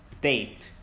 Date